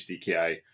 HDKI